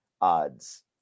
odds